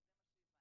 וזה מה שהבנתי,